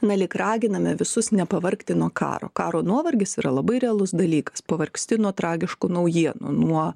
na lyg raginame visus nepavargti nuo karo karo nuovargis yra labai realus dalykas pavargsti nuo tragiškų naujienų nuo